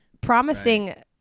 promising